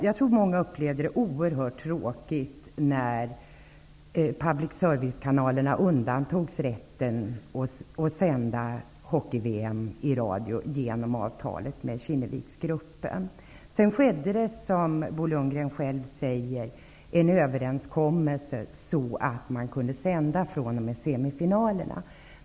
Jag tror att många upplevde det som oerhört tråkigt när public service-kanalerna undantogs rätten att sända hockey-VM i radio genom avtalet med Kinneviksgruppen. Sedan skedde, som Bo Lundgren själv säger, en överenskommelse som gjorde att man kunde sända fr.o.m. semifinalerna.